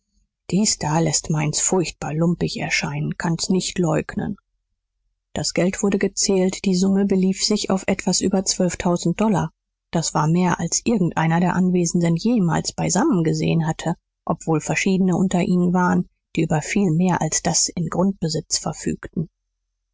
dies da läßt meins furchtbar lumpig erscheinen kann's nicht leugnen das geld wurde gezählt die summe belief sich auf etwas über zwölftausend dollar das war mehr als irgend einer der anwesenden jemals beisammen gesehen hatte obwohl verschiedene unter ihnen waren die über viel mehr als das in grundbesitz verfügten